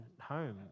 home